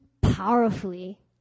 powerfully